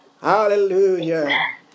Hallelujah